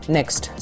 Next